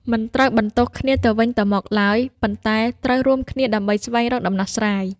មិនត្រូវបន្ទោសគ្នាទៅវិញទៅមកឡើយ ប៉ុន្តែត្រូវរួមគ្នាដើម្បីស្វែងរកដំណោះស្រាយ។